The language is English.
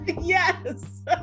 yes